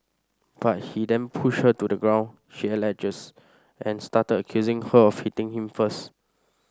but he then pushed her to the ground she alleges and started accusing her of hitting him first